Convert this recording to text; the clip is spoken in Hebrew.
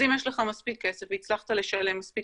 אז אם יש לך מספיק כסף והצלחת לשלם מספיק